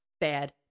bad